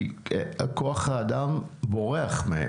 כי כוח האדם בורח מהם.